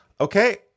Okay